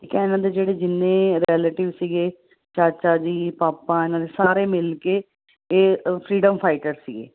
ਠੀਕ ਹੈ ਇਹਨਾਂ ਦੇ ਜਿਹੜੇ ਜਿੰਨੇ ਰਿਲੇਟਿਵ ਸੀਗੇ ਚਾਚਾ ਜੀ ਪਾਪਾ ਇਹਨਾਂ ਦੇ ਸਾਰੇ ਮਿਲ ਕੇ ਇਹ ਅ ਫਰੀਡਮ ਫਾਈਟਰ ਸੀਗੇ